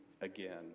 again